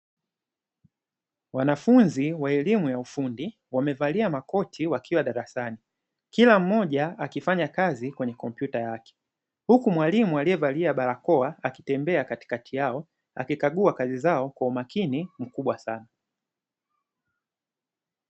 Wanafunzi wa elimu ya ufundi wamevalia makoti wakiwa darasani, kila mmoja akifanya kazi kwenye kompyuta yake, huku mwalimu aliyevalia barakoa akitembea katikati yao akikagua kazi zao kwa umakini mkubwa sana.